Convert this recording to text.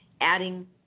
adding